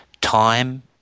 time